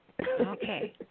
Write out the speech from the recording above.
Okay